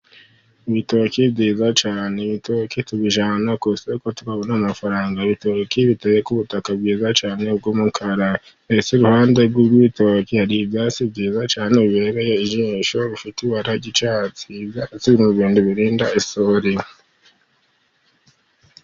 Ibitoki byiza cyane , ibitoki tubijyana ku isoko tukabona amafaranga, ibitoki biteye ku butaka bwiza cyane bw'umukara, ndetse iruhande rw'ibitoki hari ibyatsi byiza cyane bibereye ijisho, bifite ibara ry'icyatsi, ibyatsi biri mu bintu birinda isuri.